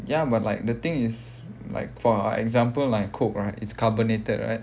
ya but like the thing is like for example like Coke right it's carbonated right